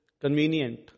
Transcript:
convenient